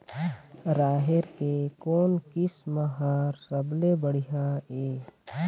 राहेर के कोन किस्म हर सबले बढ़िया ये?